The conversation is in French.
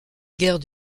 guerre